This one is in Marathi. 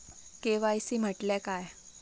के.वाय.सी म्हटल्या काय?